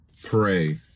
Pray